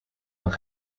van